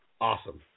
Awesome